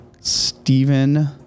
Stephen